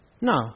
No